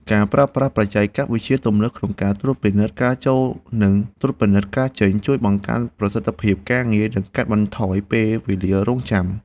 ការប្រើប្រាស់បច្ចេកវិទ្យាទំនើបក្នុងការត្រួតពិនិត្យការចូលនិងត្រួតពិនិត្យការចេញ ជួយបង្កើនប្រសិទ្ធភាពការងារនិងកាត់បន្ថយពេលវេលារង់ចាំ។